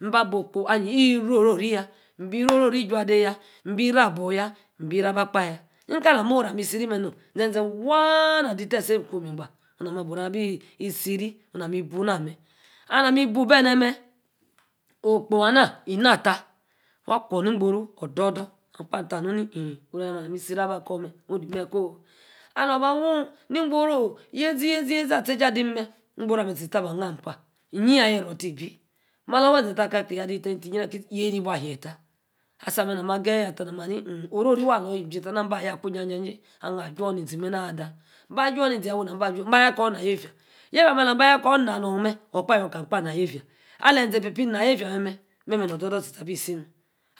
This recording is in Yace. mba. boh-okpo. ayie. iro oro-ri yaa. meh ro-oro-rí idude yaa mbi. abuow. yaa. mbí rah. aba-kpa yaa. nka. alamí awo. ora ame isi-ri meh nom. zezee waa. na-ade tese eem íkwom. ebah. nam ma borru ameh aabí siri. nta bu nameh ahu-mí buu. bene ne-meh. okpo. ana. ina ta. waa kwor. ni-igboru odue ami kpa mka omuni eeh. oru. ala-mi-isi-ri aba kor meh. ni mer kooh. alor ba wu ne-igb-oru yeȝi-yeȝi. atie-eji adim meh. igboru amer tie-tie aba. ah-nami kpah. iyi-yaa yeru. tie-bi malor. ohu-eȝe tie bi. malor ohu-eȝe tie. yim am kie-tie. yeyi na. ahie tar? Asame. na mi ageya. tah. na ma aha ni nn. oro-ri waa. alor. yim jim tah mba yor akwor ijajie. aha-aju-niȝee mena-ada. mba-aju-ne-ȝee yaa wu. yi nami aba ju? Ayor akor na yefia. yefia alam ba yor. akor. nanor meh. awor ba yor kameh na-nor kam kpa. na. yefia. ibi na-yefia yaa mer memeh nu. odou-dou kpa abi si meh.